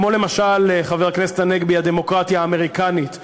כמו, למשל, חבר הכנסת הנגבי, הדמוקרטיה האמריקנית,